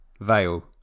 veil